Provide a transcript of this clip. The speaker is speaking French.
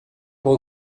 peut